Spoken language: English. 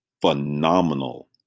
phenomenal